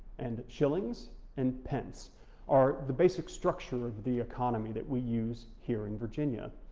and shillings and pence are the basic structure of the economy that we use here in virginia.